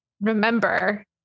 remember